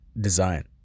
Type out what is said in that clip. design